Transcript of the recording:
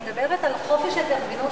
אני מדברת על חופש ההתארגנות,